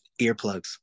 earplugs